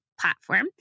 Platform